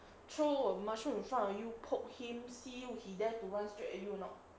throw a mushroom in front of you poke him see he dare to run straight you or not